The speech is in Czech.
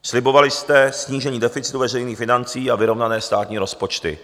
Slibovali jste snížení deficitu veřejných financí a vyrovnané státní rozpočty.